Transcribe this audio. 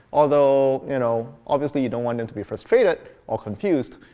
although you know obviously you don't want them to be frustrated or confused.